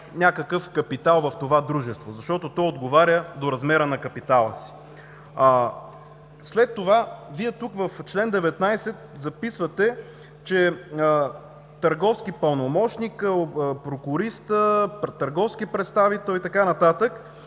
някакъв капитал в това дружество. Защото то отговаря до размера на капитала си. След това Вие тук, в чл. 19, записвате, че търговски пълномощник, прокуристът, търговски представител и така нататък